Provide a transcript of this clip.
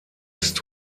ist